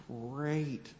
great